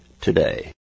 today